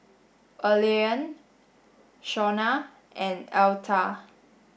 Allean Shawna and Altha